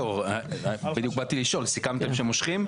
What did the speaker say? לא, בדיוק באתי לשאול, סיכמתם שמושכים?